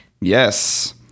Yes